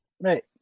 Right